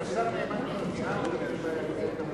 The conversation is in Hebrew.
עם השר נאמן כבר תיאמתי.